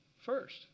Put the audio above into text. first